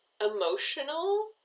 emotional